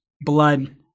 blood